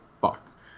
fuck